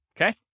Okay